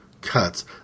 cuts